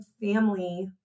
family